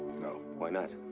no. why not?